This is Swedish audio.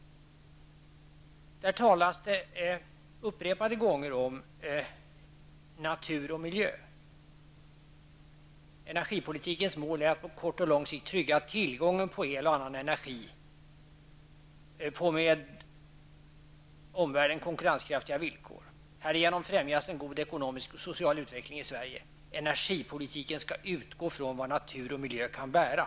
Där talas upprepade gånger om natur och miljö. ''Energipolitikens mål är att på kort och lång sikt trygga tillgången på el och annan energi på med omvärlden konkurrenskraftiga villkor. Härigenom främjas en god ekonomisk och social utveckling i Sverige. Energipolitiken skall utgå ifrån vad natur och miljö kan bära.